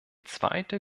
zweite